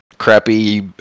crappy